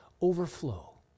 overflow